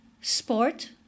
sport